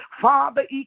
Father